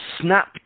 snap